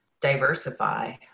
diversify